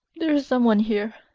there is some one here.